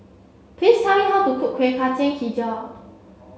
please tell me how to cook Kueh Kacang Hijau